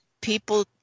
people